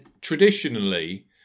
traditionally